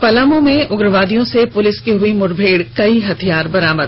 पलामू में उग्रवादियों से पूलिस की हई मुठभेड़ कई हथियार बरामद